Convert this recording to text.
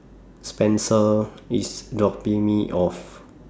Spencer IS dropping Me off